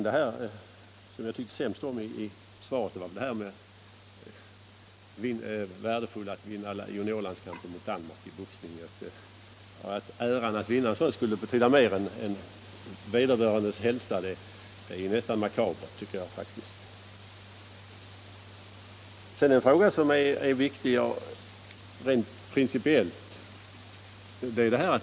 Det som jag tycker sämst om i svaret är passusen om att det skulle vara värdefullt att vinna juniorlandskamper mot Danmark i boxning. Äran av att vinna landskampen skulle alltså betyda mer än ungdomarnas hälsa — det tycker jag faktiskt är makabert. Så till en fråga som är viktig rent principiellt.